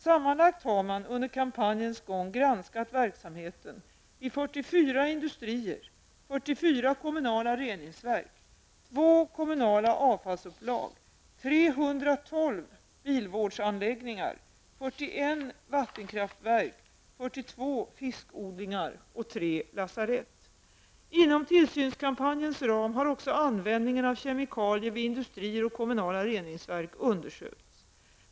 Sammanlagt har man under kampanjens gång granskat verksamheten vid 44 industrier, 44 Inom tillsynskampanjens ram har också användningen av kemikalier vid industrier och kommunala reningsverk undersökts.